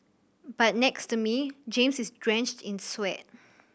but next to me James is drenched in sweat